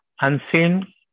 unseen